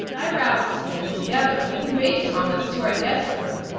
i roused him, and together we conveyed thomas to our guest room,